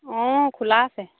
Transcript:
অঁ খোলা আছে